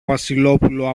βασιλόπουλο